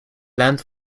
land